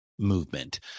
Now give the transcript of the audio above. movement